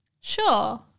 Sure